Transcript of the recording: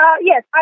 yes